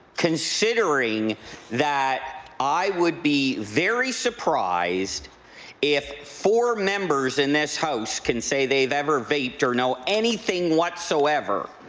considering that i would be very surprised if four members in this house can say they've ever vaped or know anything whatsoever.